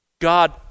God